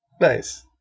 Nice